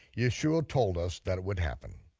yeshua told us that would happen.